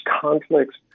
conflicts